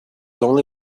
only